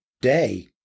day